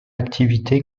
activité